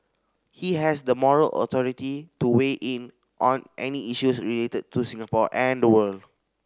he has the moral authority to weigh in on any issues related to Singapore and the world